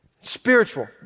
Spiritual